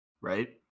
right